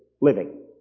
living